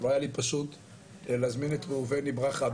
לא היה לי פשוט להזמין את ראובני ברכה,